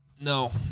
No